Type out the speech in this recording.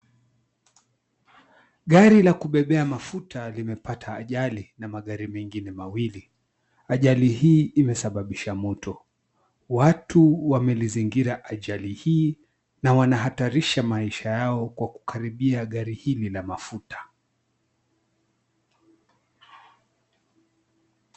Gari la kubebea mafuta limepata ajali na magari mengine mawili. 𝐴𝑗ali hii imesababisha moto. Watu wamezingira ajali hii na wanahatarisha maisha yao kwa kukaribia gari hili la mafuta.